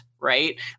right